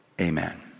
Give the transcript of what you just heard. Amen